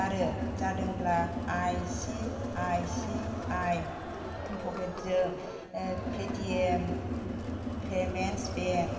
आरो जादोंब्ला आइसिआइसिआइ प'केटजों पेटिएम पेमेन्टस बेंक